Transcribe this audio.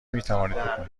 میتوانید